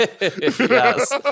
yes